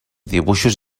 dibuixos